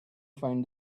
find